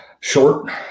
Short